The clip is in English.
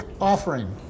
offering